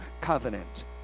Covenant